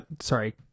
sorry